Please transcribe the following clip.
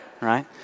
right